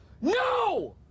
no